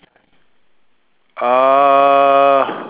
uh